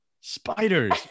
Spiders